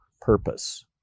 purpose